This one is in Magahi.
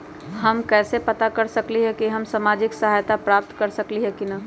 हम कैसे पता कर सकली ह की हम सामाजिक सहायता प्राप्त कर सकली ह की न?